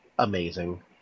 amazing